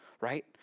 right